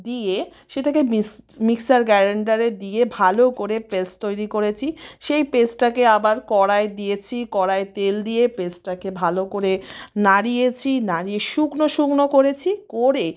দিয়ে সেটাকে মিক্সার গ্রাইণ্ডারে দিয়ে ভালো করে পেস্ট তৈরি করেছি সেই পেস্টটাকে আবার কড়ায় দিয়েছি কড়ায় তেল দিয়ে পেস্টটাকে ভালো করে নাড়িয়েছি নাড়িয়ে শুকনো শুকনো করেছি করে